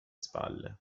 spalle